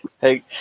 Hey